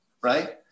right